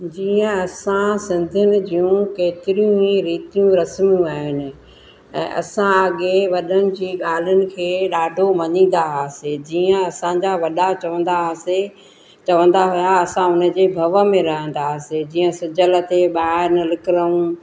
जीअं असां सिंधियुनि जूं केतिरियूं ई रीतियूं रस्मूं आहिनि असां अॻे वॾनि जी ॻाल्हियुनि खे ॾाढो मञीदासीं जीअं असांजा वॾा चवंदासीं चवंदा हुया असां उन्हनि जे भव में रहंदा हुआसीं जीअं सिजल ते ॿाहिरि न निकरूं